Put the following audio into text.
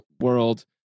world